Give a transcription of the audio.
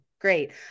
Great